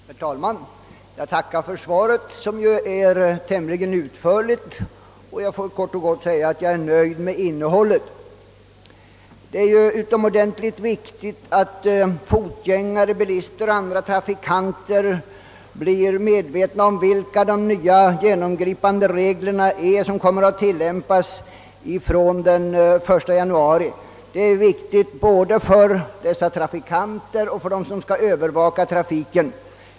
Herr talman! Jag tackar kommunikationsministern för svaret, som är tämligen utförligt, och jag kan kort och gott säga att jag är nöjd med innehållet. Det är utomordentligt viktigt att fotgängare, bilister och andra trafikanter blir medvetna om de nya, genomgripande regler som kommer att tillämpas från den 1 januari 1967. Det är viktigt både för trafikanterna själva och för dem som skall övervaka trafiken.